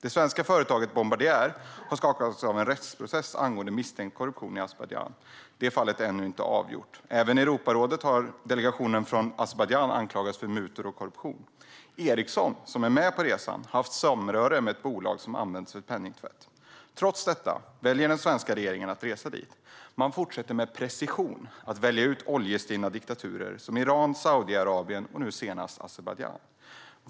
Det svenska företaget Bombardier har skakats av en rättsprocess angående misstänkt korruption i Azerbajdzjan. Det fallet är ännu inte avgjort. I Europarådet har delegationen från Azerbajdzjan anklagats för mutor och korruption. Ericsson, som är med på resan, har haft samröre med ett bolag som används för penningtvätt. Trots detta väljer den svenska regeringen att resa dit. Man fortsätter med precision att välja ut oljestinna diktaturer, som Iran, Saudiarabien och nu senast Azerbajdzjan.